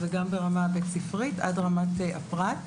וגם ברמה הבית-ספרית עד רמת הפרט.